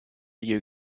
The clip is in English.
you